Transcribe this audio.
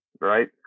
right